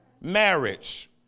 Marriage